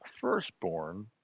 firstborn